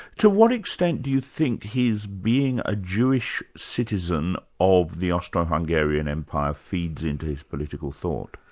to what extent do you think his being a jewish citizen of the austro-hungarian empire feeds into his political thought?